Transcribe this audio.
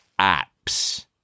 apps